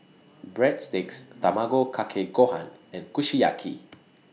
Breadsticks Tamago Kake Gohan and Kushiyaki